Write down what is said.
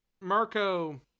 Marco